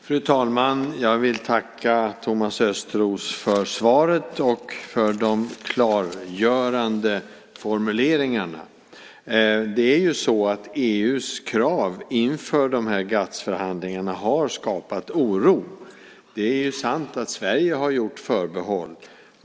Fru talman! Jag vill tacka Thomas Östros för svaret och för de klargörande formuleringarna. EU:s krav inför GATS-förhandlingarna har skapat oro. Det är sant att Sverige har gjort förbehåll.